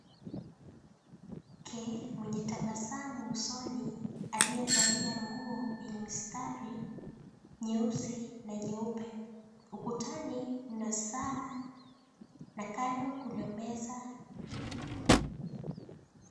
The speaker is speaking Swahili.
Mwanamke mwenye tabasamu usoni aliyevalia nguo yenye mistari nyeusi na nyeupe. Ukutani mna saa na kando kuna meza.